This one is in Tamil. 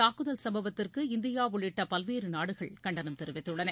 தாக்குதல் சம்பவத்திற்கு இந்தியா உள்ளிட்ட பல்வேறு நாடுகள் கண்டனம் இந்த தெரிவித்துள்ளன